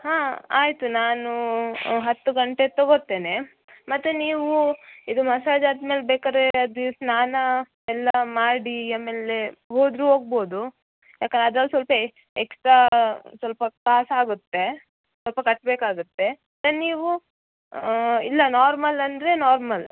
ಹಾಂ ಆಯಿತು ನಾನೂ ಹತ್ತು ಗಂಟೆ ತಗೊಳ್ತೇನೆ ಮತ್ತು ನೀವೂ ಇದು ಮಸಾಜ್ ಆದ್ಮೇಲೆ ಬೇಕಾದ್ರೆ ಅದು ಸ್ನಾನ ಎಲ್ಲ ಮಾಡಿ ಆಮೇಲೆ ಹೋದರೂ ಹೋಗ್ಬೋದು ಯಾಕೆಂದ್ರೆ ಅದ್ರಲ್ಲಿ ಸ್ವಲ್ಪ ಎಕ್ಸ್ಟ್ರಾ ಸ್ವಲ್ಪ ಕಾಸಾಗುತ್ತೆ ಸ್ವಲ್ಪ ಕಟ್ಬೇಕಾಗುತ್ತೆ ಮತ್ತೆ ನೀವು ಇಲ್ಲ ನಾರ್ಮಲ್ ಅಂದರೆ ನಾರ್ಮಲ್